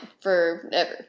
forever